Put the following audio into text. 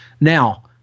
Now